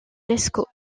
lescot